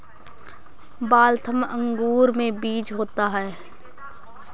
Waltham अंगूर में बीज होता है